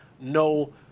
no